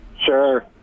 Sure